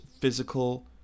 physical